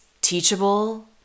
teachable